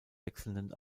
wechselnden